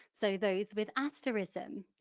so those with asterism.